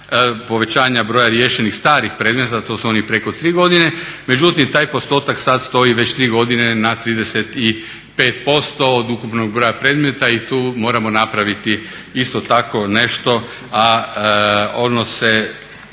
povećanja broja riješenih starih predmeta, to su oni preko 3 godine, međutim taj postotak sad stoji već 3 godine na 35% od ukupnog broja predmeta. I tu moramo napraviti isto tako nešto, a ono